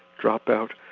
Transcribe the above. drop-out,